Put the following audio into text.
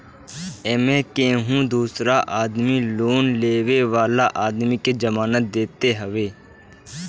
एमे केहू दूसर आदमी लोन लेवे वाला आदमी के जमानत देत हवे